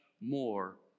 more